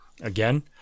again